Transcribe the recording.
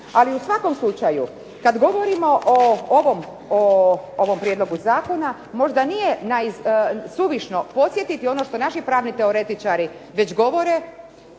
Ali u svakom slučaju kada govorimo o ovom prijedlogu zakona, možda nije suvišno podsjetiti ono što naši pravni teoretičari govore